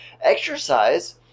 Exercise